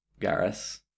Garrus